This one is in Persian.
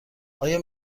آیا